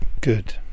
Good